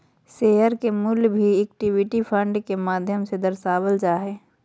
share के मूल्य भी इक्विटी फंड के माध्यम से दर्शावल जा हय